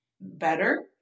better